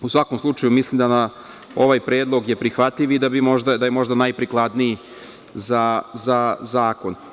U svakom slučaju, mislim da je ovaj predlog prihvatljiv i da je možda najprikladniji za zakon.